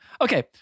okay